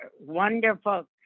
wonderful